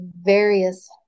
various